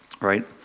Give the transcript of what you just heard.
right